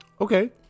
Okay